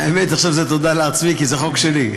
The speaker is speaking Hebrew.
האמת, עכשיו זה תודה לעצמי, כי זה חוק שלי.